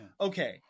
okay